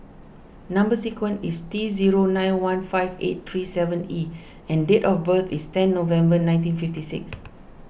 Number Sequence is T zero nine one five eight three seven E and date of birth is ten November nineteen fifty six